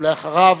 ואחריו,